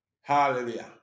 Hallelujah